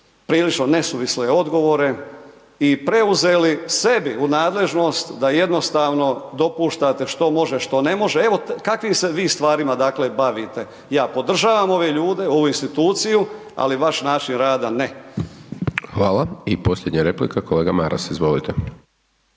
prilično nesuvisle odgovore i preuzeli sebi u nadležnost da jednostavno dopuštate što može što ne može, evo kakvim se vi stvarima dakle, bavite. Ja podržavam ove ljude ovu instituciju, ali vaš način rada, ne. **Hajdaš Dončić, Siniša (SDP)** Hvala i posljednja replika, kolega Maras, izvolite.